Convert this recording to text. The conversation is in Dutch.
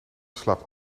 slaapt